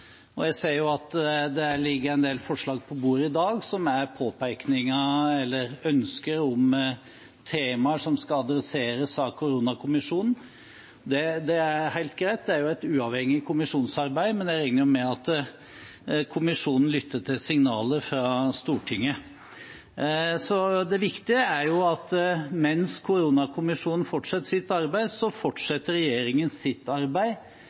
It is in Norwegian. Jeg ser at det ligger en del forslag på bordet i dag som er ønsker om temaer som skal adresseres av koronakommisjonen. Det er helt greit, det er et uavhengig kommisjonsarbeid, men jeg regner med at kommisjonen lytter til signaler fra Stortinget. Det viktige er jo at mens koronakommisjonen fortsetter sitt arbeid, fortsetter regjeringen sitt arbeid